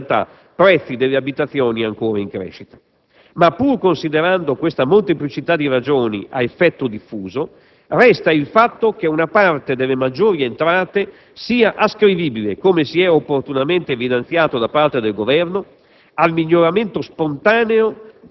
dei mercati azionari e, in alcune realtà, prezzi delle abitazioni ancora in crescita. Pur considerando questa molteplicità di ragioni a effetto diffuso, resta il fatto che una parte delle maggiori entrate sia ascrivibile, come si è opportunamente evidenziato da parte del Governo,